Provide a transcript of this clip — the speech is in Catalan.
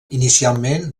inicialment